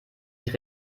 sich